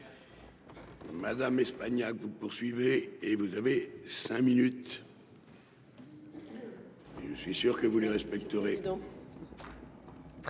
Madame Espagnac vous poursuivez et vous avez 5 minutes. Je suis sûr que vous ne respecterait.